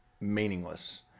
meaningless